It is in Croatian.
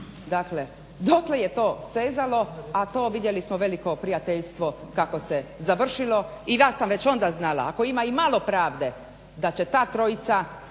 Dakle dokle je to sezalo a to vidjeli smo veliko prijateljstvo kako se završilo i ja sam već onda znala ako ima i malo pravde da će ta trojica